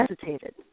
hesitated